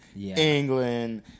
England